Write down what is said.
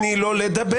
תני לו לדבר.